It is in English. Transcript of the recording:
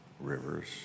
rivers